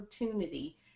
opportunity